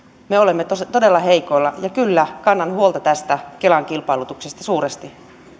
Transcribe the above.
me olemme todella heikoilla ja kyllä kannan huolta tästä kelan kilpailutuksesta suuresti